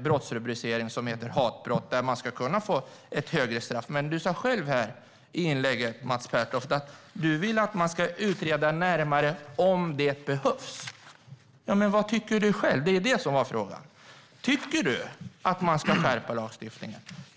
brottsrubriceringen hatbrott. Enligt denna ska man kunna dömas till ett högre straff. Du sa i ditt inlägg att du vill att man ska utreda närmare om detta behövs. Men vad tycker du själv? Det var det som var frågan. Tycker du att man ska skärpa lagstiftningen?